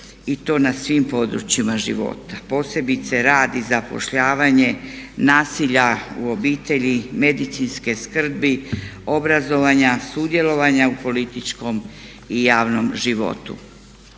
i to na svim područjima života. Posebice rad i zapošljavanje nasilja u obitelji, medicinske skrbi, obrazovanja, sudjelovanja u političkom i javnom životu.